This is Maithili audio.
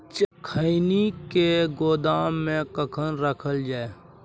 खैनी के गोदाम में कखन रखल जाय?